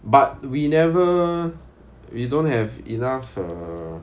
but we never we don't have enough err